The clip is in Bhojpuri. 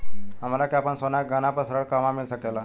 हमरा के आपन सोना के गहना पर ऋण कहवा मिल सकेला?